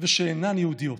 ושאינן יהודיות.